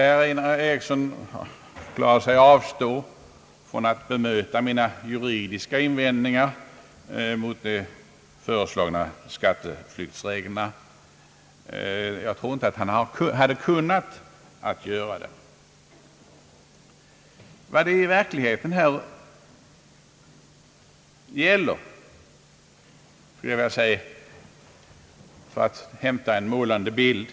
Herr Einar Eriksson förklarade sig avstå från att bemöta mina juridiska invändningar mot de föreslagna skatteflyktsreglerna. Jag tror inte att han hade kunnat bemöta dem. För att visa vad det i verkligheten gäller vill jag ta en målande bild.